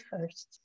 first